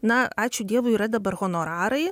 na ačiū dievui yra dabar honorarai